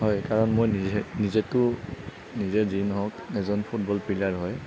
হয় কাৰণ মই নিজে নিজেতু নিজে যি নহওঁক এজন ফুটবল প্লিয়াৰ হয়